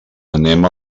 anem